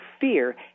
fear